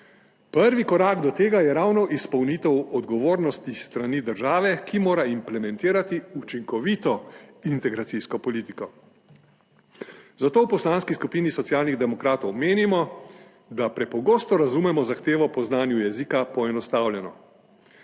prvi korak do tega je ravno izpolnitev odgovornosti s strani države, ki mora implementirati učinkovito integracijsko politiko, zato v Poslanski skupini Socialnih demokratov menimo, da prepogosto razumemo zahtevo po znanju jezika, poenostavljeno.